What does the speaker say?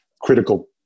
critical